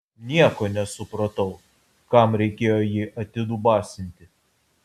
nieko nesupratau kam reikėjo jį atidubasinti